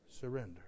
Surrender